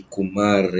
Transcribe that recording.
Kumar